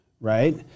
right